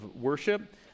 worship